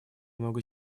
много